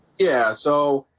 yeah, so